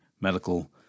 medical